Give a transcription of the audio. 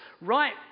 Right